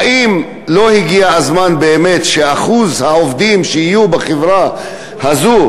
האם לא הגיע הזמן באמת שאחוז העובדים הערבים שיהיו בחברה הזאת,